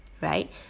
right